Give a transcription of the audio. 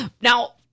Now